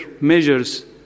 measures